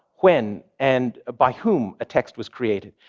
when and by whom a text was created,